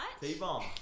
T-bomb